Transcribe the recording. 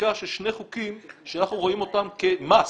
לחקיקה של שני חוקים שאנחנו רואים אותם כהכרחיים: